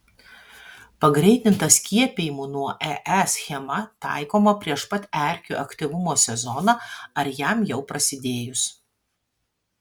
pagreitinta skiepijimų nuo ee schema taikoma prieš pat erkių aktyvumo sezoną ar jam jau prasidėjus